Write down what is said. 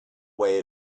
way